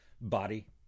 body